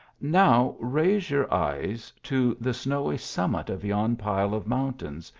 now raise your eyes to the snowy summit of yon pile of mountains,